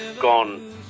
gone